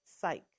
Psych